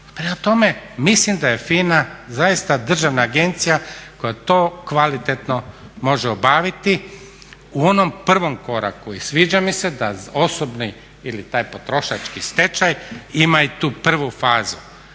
Prema tome, mislim da je FINA zaista državna agencija koja to kvalitetno može obaviti u onom prvom koraku, i sviđa mi se da osobni ili taj potrošački stečaj ima i tu prvu fazu,